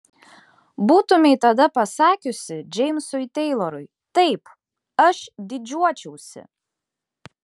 būtumei tada pasakiusi džeimsui teilorui taip aš didžiuočiausi